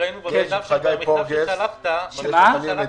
כבוד היושב-ראש, האם זו דרישה חדשה שהולכת ודורשת